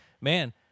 man